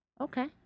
Okay